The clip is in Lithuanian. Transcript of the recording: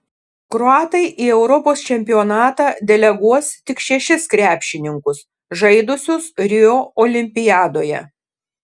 kroatai į europos čempionatą deleguos tik šešis krepšininkus žaidusius rio olimpiadoje